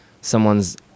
someone's